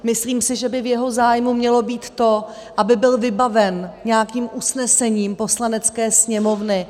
Myslím si, že by v jeho zájmu mělo být to, aby byl vybaven nějakým usnesením Poslanecké sněmovny.